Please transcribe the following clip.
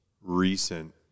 recent